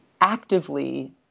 actively